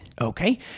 Okay